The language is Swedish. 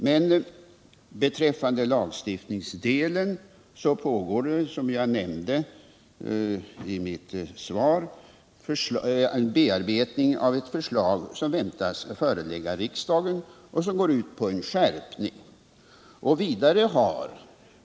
Men beträffande lagstiftningsdelen pågår, som jag nämnde i mitt svar, en bearbetning av ett förslag som går ut på en skärpning och som väntas bli förelagt riksdagen.